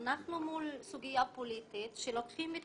אנחנו מול סוגיה פוליטית שלוקחים את